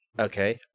Okay